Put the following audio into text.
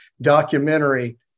documentary